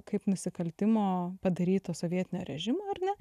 kaip nusikaltimo padaryto sovietinio režimo ar ne